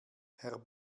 herr